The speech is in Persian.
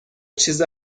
چیز